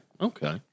okay